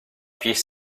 piece